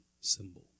symbol